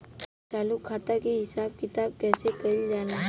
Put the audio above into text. चालू खाता के हिसाब किताब कइसे कइल जाला?